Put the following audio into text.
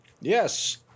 Yes